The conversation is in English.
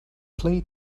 play